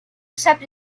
except